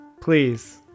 Please